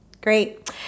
Great